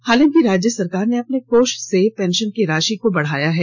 हालांकि राज्य सरकार ने अपने कोष से पेंशन की राशि को बढ़ाया है